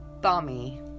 thami